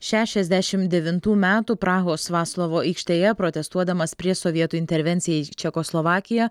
šešiasdešim devintų metų prahos vaclovo aikštėje protestuodamas prieš sovietų intervenciją į čekoslovakiją